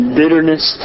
bitterness